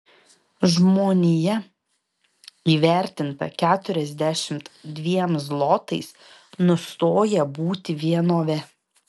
žmonija įvertinta keturiasdešimt dviem zlotais nustoja būti vienove